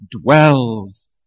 dwells